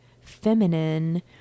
feminine